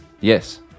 yes